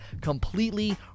completely